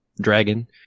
Dragon